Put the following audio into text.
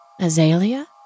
Azalea